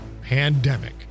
pandemic